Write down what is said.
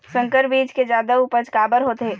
संकर बीज के जादा उपज काबर होथे?